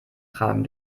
tragen